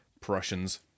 Prussians